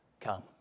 Come